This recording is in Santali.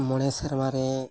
ᱢᱚᱬᱮ ᱥᱮᱨᱢᱟ ᱨᱮ